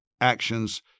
actions